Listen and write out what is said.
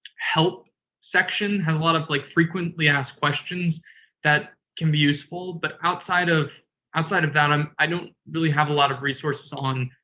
help section has a lot of, like, frequently asked questions that can be useful. but outside of outside of that, um i don't really have a lot of resources on,